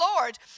Lord